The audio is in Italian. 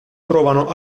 trovano